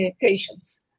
patients